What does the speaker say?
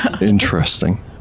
Interesting